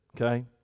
Okay